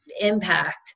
impact